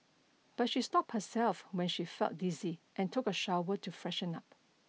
but she stopped herself when she felt dizzy and took a shower to freshen up